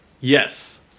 Yes